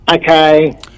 Okay